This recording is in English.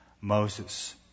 Moses